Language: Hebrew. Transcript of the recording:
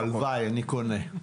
הלוואי, אני קונה.